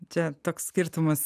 čia toks skirtumas